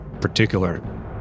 particular